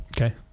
Okay